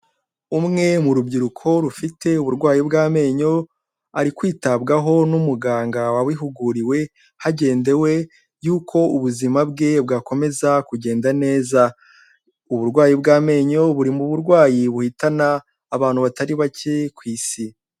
Umwe mu rubyiruko rufite uburwayi bw'amenyo ari kwitabwaho n'umuganga wabihuguriwe hagendewe yuko ubuzima bwe bwakomeza kugenda neza. Uburwayi bw'amenyo buri mu burwayi buhitana abantu batari bake ku isi.